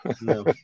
No